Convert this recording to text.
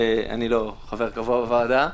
אני לא חבר קבוע בוועדה,